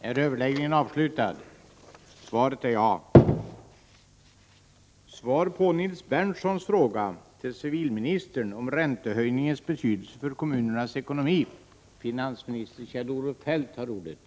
Kommunerna har under en följd av år drabbats av indragningar av medel till statskassan, borttagen beskattningsrätt m.m. Senast har regeringen i kompletteringspropositionen bl.a. föreslagit frysning av kommunala medel. På vad sätt kommer räntehöjningen att påverka kommunernas ekonomi och verksamhet?